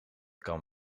kan